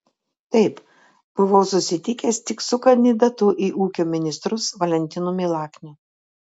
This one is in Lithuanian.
taip buvau susitikęs tik su kandidatu į ūkio ministrus valentinu milakniu